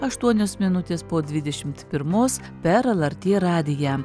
aštuonios minutės po dvidešimt pirmos per lrt radiją